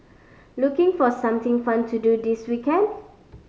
looking for something fun to do this weekend